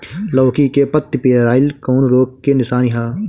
लौकी के पत्ति पियराईल कौन रोग के निशानि ह?